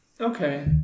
Okay